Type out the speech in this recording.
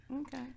Okay